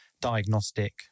diagnostic